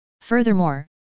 Furthermore